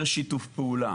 יותר שיתוף פעולה,